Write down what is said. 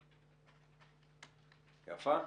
יפה?